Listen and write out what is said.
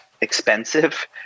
expensive